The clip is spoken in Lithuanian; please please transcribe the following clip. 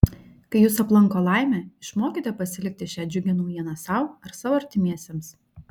kai jus aplanko laimė išmokite pasilikti šią džiugią naujieną sau ar savo artimiesiems